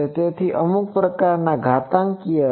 તેથી તે અમુક પ્રકારના ઘાતાંકીય હશે